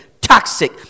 toxic